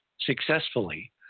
successfully